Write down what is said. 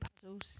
puzzles